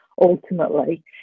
ultimately